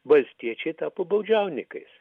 valstiečiai tapo baudžiaunikais